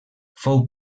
fou